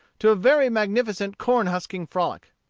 to a very magnificent corn-husking frolic.